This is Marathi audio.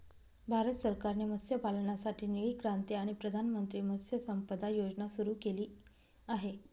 भारत सरकारने मत्स्यपालनासाठी निळी क्रांती आणि प्रधानमंत्री मत्स्य संपदा योजना सुरू केली आहे